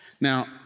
Now